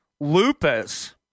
lupus